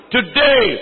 Today